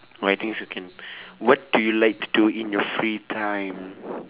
but I think so can what do you like to do in your free time